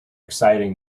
exciting